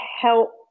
help